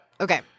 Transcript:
Okay